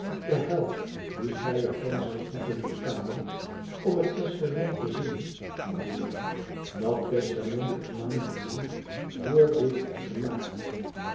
de helft die gij er van zoudt moeten betalen om het testament te zien broeder dat testament is maanden lang vr dit gemaakt